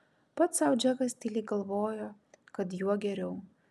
pats sau džekas tyliai galvojo kad juo geriau